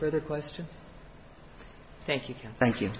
or the question thank you thank you